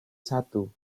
satu